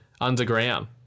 underground